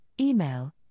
email